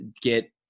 get